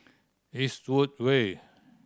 Eastwood Way